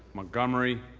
montgomery,